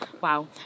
Wow